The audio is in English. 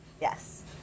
yes